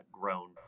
grown